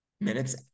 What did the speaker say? minutes